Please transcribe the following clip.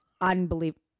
unbelievable